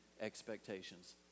expectations